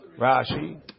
Rashi